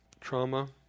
trauma